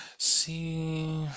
See